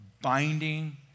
binding